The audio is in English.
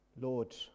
Lord